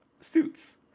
suits